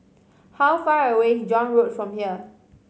how far away is John Road from here